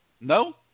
No